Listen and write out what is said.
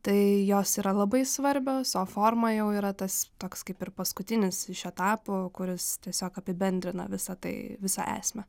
tai jos yra labai svarbios o forma jau yra tas toks kaip ir paskutinis iš etapų kuris tiesiog apibendrina visa tai visą esmę